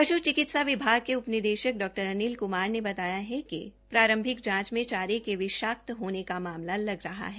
पश् चिकित्सा विभाग के उप निदेशक डॉ अनिल कुमार ने बताया कि प्रारंभिक जांच के बारे में विषाक्त होने के मामला लग रहा है